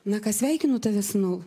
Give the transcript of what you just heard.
na ką sveikinu tave sūnau